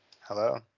hello